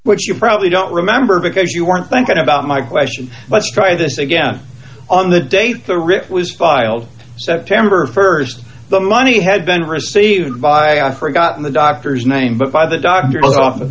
which you probably don't remember because you weren't thinking about my question let's try this again on the date the rip was filed september st the money had been received by a i've forgotten the doctor's name but by the doctor's office